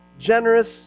generous